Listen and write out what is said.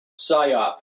psyop